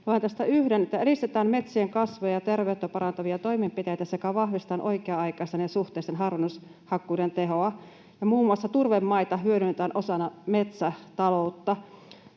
Otan tästä yhden: ”Edistetään metsien kasvua ja terveyttä parantavia toimenpiteitä sekä vahvistetaan oikea-aikaisten ja ‑suhtaisten harvennushakkuiden tekoa, ja muun muassa turvemaita hyödynnetään osana metsätaloutta.”